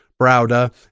Browder